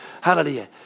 Hallelujah